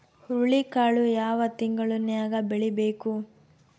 ಹುರುಳಿಕಾಳು ಯಾವ ತಿಂಗಳು ನ್ಯಾಗ್ ಬೆಳಿಬೇಕು?